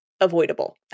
avoidable